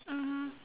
mmhmm